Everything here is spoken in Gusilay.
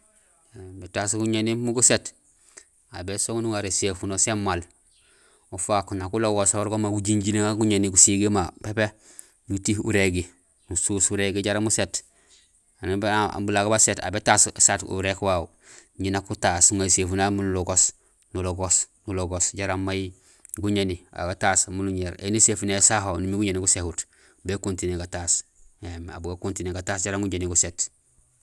Étaas guñéni imbi guséét, aw bésong nuŋar éséfuno sin maal ufaak nak ulogosoor go ma ujinjiin wa guñéni tiyééŋ ma pépé, nutu urégi, nusuus urégi jaraam uséét éni bulago baséét aw bésaat uwuréék wawu imbi nak utaas, uŋa éséfuno yayu miin ulogoos, nulogoos, nilogoos jaraam may guñéni, aw gataas miin uñéér éni éséfunohi ésaho numiir guñéni guséhut, békontiné gataas éém aw bu gakontiné gataas jaraam guñéni guséét.